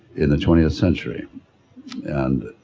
in the twentieth century and